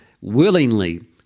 willingly